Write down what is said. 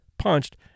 Punched